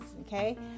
okay